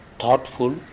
thoughtful